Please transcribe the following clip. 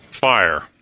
fire